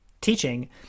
teaching